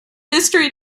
history